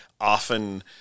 often